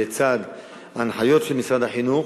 לצד הנחיות של משרד החינוך,